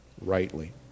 rightly